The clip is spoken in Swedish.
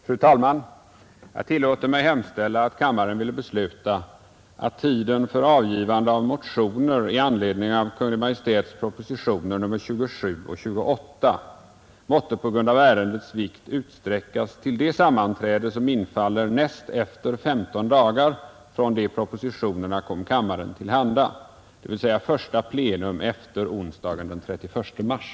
Herr talman! Jag tillåter mig hemställa, att kammaren ville besluta, att tiden för avgivande av motioner i anledning av Kungl. Maj:ts proposition nr 5 med förslag till skadeståndslag m.m. måtte med hänsyn till ärendets omfattning utsträckas till första plenum efter lördagen den 4 mars.